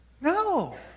No